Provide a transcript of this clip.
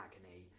agony